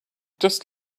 just